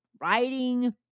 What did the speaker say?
writing